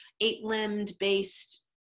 eight-limbed-based